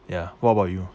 ya what about you